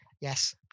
Yes